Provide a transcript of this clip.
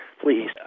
Please